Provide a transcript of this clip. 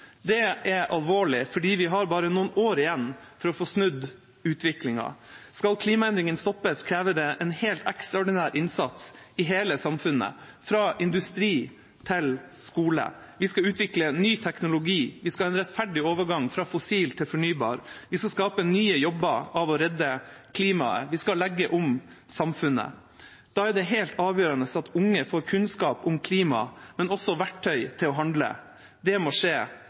Det er alvorlig fordi vi bare har noen år igjen for å få snudd utviklingen. Skal klimaendringene stoppes, krever det en helt ekstraordinær innsats i hele samfunnet – fra industri til skole. Vi skal utvikle ny teknologi, vi skal ha en rettferdig overgang fra fossil til fornybar, vi skal skape nye jobber av å redde klimaet, vi skal legge om samfunnet. Da er det helt avgjørende at unge får kunnskap om klimaet, men også verktøy til å handle. Det må skje